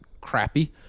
crappy